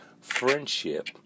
friendship